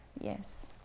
Yes